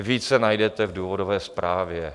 Více najdete v důvodové zprávě.